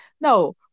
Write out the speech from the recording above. no